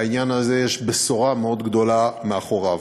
לעניין הזה יש בשורה מאוד גדולה מאחוריו.